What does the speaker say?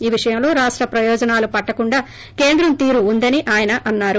ఈ విషయంలో రాష్ట ప్రయోజనాలు పట్టకుండా కేంద్రం తీరు వుందని అన్నారు